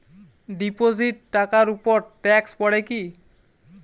Deposit টাকার উপর tax পড়ে কি?